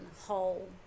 whole